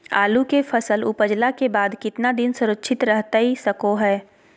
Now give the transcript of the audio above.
आलू के फसल उपजला के बाद कितना दिन सुरक्षित रहतई सको हय?